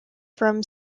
from